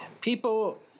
People